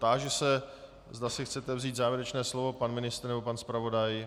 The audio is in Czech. Táži se, zda si chcete vzít závěrečné slovo pan ministr nebo pan zpravodaj?